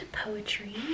poetry